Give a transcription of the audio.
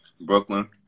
Brooklyn